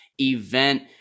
event